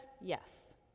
yes